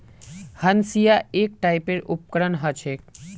हंसिआ एक टाइपेर उपकरण ह छेक